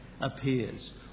appears